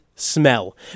smell